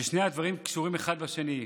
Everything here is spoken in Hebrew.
ששני הדברים קשורים אחד בשני,